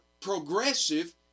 progressive